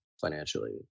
financially